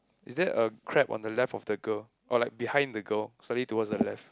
is there a crab on the left of the girl or like behind the girl slightly towards the left